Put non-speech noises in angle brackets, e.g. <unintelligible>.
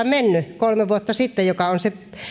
<unintelligible> mennyt kolme vuotta sitten kaksituhattaviisitoista joka on